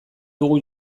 dugu